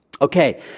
Okay